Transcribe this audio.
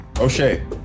O'Shea